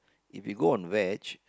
if you go on veg